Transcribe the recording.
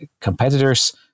competitors